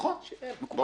נכון.